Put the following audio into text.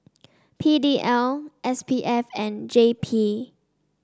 P D L S P F and J P